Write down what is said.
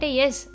yes